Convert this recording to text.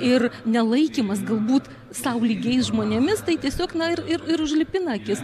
ir nelaikymas galbūt sau lygiais žmonėmis tai tiesiog na ir ir užlipina akis